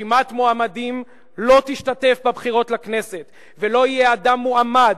רשימת מועמדים לא תשתתף בבחירות לכנסת ולא יהיה אדם מועמד